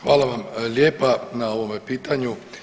Hvala vam lijepa na ovome pitanju.